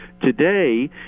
today